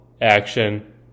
action